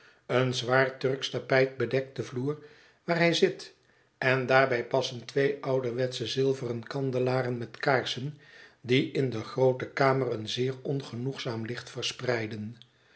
een zwaar turksch tapijt bedekt den vloer waar hij zit en daarbij passen twee ouderwetsche zilveren kandelaren met kaarsen die in de groote kamer een zeer ongenoegzaam licht verspreiden